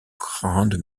grande